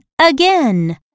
again